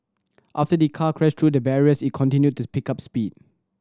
after the car crashed through the barriers it continued to pick up speed